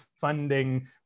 funding